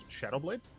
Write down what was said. Shadowblade